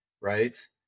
right